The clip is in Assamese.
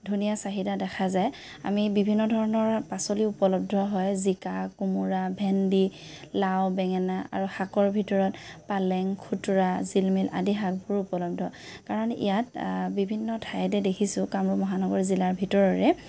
ধুনীয়া চাহিদা দেখা যায় আমি বিভিন্ন ধৰণৰ পাচলি উপলব্ধ হয় জিকা কোমোৰা ভেন্দি লাও বেঙেনা আৰু শাকৰ ভিতৰত পালেং খুতুৰা জিলমিল আদি শাকবোৰ উপলব্ধ কাৰণ ইয়াত বিভিন্ন ঠাইতে দেখিছো কামৰূপ মহানগৰ জিলাৰ ভিতৰৰে